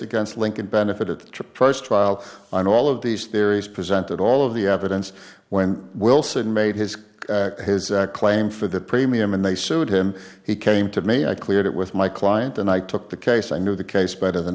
against lincoln benefit at the price trial and all of these theories presented all of the evidence when wilson made his his claim for the premium and they sued him he came to me i cleared it with my client and i took the case i knew the case better than